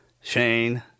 Shane